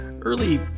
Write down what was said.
early